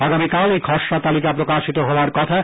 আগামীকাল এই খসডা তালিকা প্রকাশিত হবার কথা